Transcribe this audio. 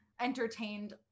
entertained